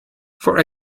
for